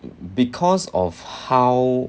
because of how